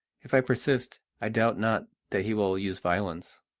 if i persist, i doubt not that he will use violence.